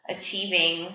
achieving